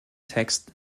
text